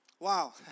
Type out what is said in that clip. Wow